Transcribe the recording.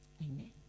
Amen